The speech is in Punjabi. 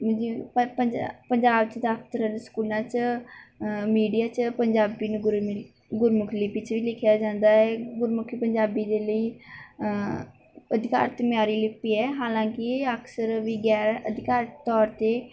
ਜਿਵੇਂ ਪਰ ਪੰਜਾਬ ਪੰਜਾਬ 'ਚ ਦਫਤਰ ਸਕੂਲਾਂ 'ਚ ਮੀਡੀਆ 'ਚ ਪੰਜਾਬੀ ਨੂੰ ਗੁਰੂ ਗੁਰਮੁਖੀ ਲਿਪੀ ਵਿੱਚ ਵੀ ਲਿਖਿਆ ਜਾਂਦਾ ਹੈ ਗੁਰਮੁਖੀ ਪੰਜਾਬੀ ਦੇ ਲਈ ਅਧਿਕਾਰਤ ਮਿਆਰੀ ਲਿਪੀ ਹੈ ਹਾਲਾਂਕਿ ਅਕਸਰ ਵੀ ਗੈਰ ਅਧਿਕਾਰਤ ਤੌਰ 'ਤੇ